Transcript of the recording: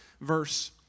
verse